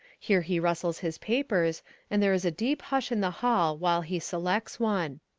here he rustles his papers and there is a deep hush in the hall while he selects one.